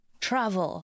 travel